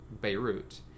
Beirut